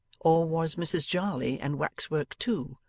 or was mrs jarley and wax-work too,